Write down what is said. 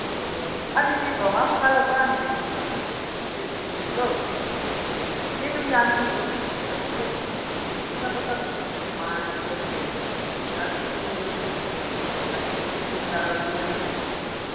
ଓ ଆଜି ପିଇଥାଅ ମା' ମୁଁ କାଲି କ ଆନିଦେବି ବିସ୍କୁଟ୍ ଫିଷ୍କିଟ୍ ତ କେକ୍ ବି ଆନିବି ବୋଲୁଛେ ଯେ ଏଖା ଯେ ପଇସାପତର ବି ନେଇ ନ ମା' ହେସି କରି ତ ଏ ଟୁକେଲ୍ ଗୁଟେ ବି ପାଠ ପଢ଼ୁଛେ ଯେ ତାର ରିଆଡ଼ମିଶନ୍ ଅଛି